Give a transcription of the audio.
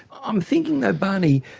i'm thinking though, barney,